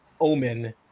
omen